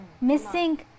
missing